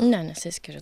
ne nesiskiria